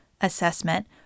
assessment